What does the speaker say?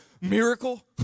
Miracle